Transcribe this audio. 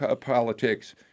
politics